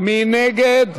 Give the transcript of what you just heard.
מי נגד?